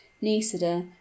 Nisida